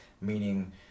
meaning